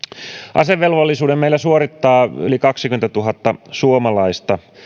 asevelvollisuuden meillä suorittaa yli kaksikymmentätuhatta suomalaista